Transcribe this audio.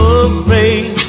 afraid